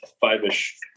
five-ish